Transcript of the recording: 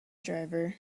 driver